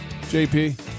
JP